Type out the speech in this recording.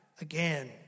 again